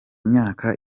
myaka